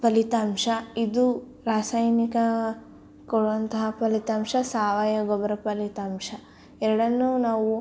ಫಲಿತಾಂಶ ಇದು ರಾಸಾಯನಿಕ ಕೊಡುವಂತಹ ಫಲಿತಾಂಶ ಸಾವಯವ ಗೊಬ್ಬರ ಫಲಿತಾಂಶ ಎರಡನ್ನೂ ನಾವು